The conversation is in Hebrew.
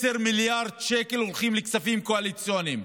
10 מיליארד שקל הולכים לכספים קואליציוניים,